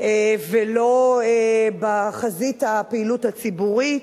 ולא בחזית הפעילות הציבורית.